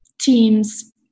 teams